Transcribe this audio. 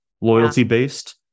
loyalty-based